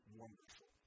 wonderful